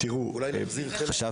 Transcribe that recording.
אולי נחזיר חלק.